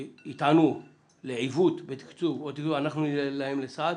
טענה לעיוות תקציבי מצד תנועות הנוער אנחנו נהיה להם לסעד.